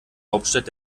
hauptstadt